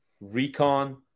recon